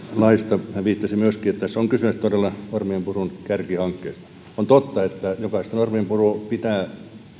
laista hän viittasi myöskin että tässä on kyse todella normienpurun kärkihankkeesta on totta että jokaista norminpurkua pitää